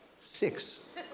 six